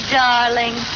darling